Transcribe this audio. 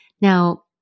Now